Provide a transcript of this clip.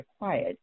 required